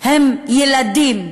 הם ילדים,